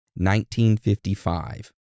1955